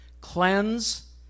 Cleanse